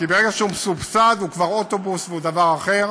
כי ברגע שהוא מסובסד הוא כבר אוטובוס והוא דבר אחר,